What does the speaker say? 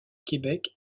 québec